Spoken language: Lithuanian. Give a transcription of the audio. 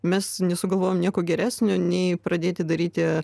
mes nesugalvojom nieko geresnio nei pradėti daryti